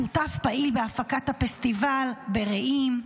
שותף פעיל בהפקת הפסטיבל ברעים,